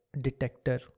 detector